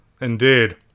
Indeed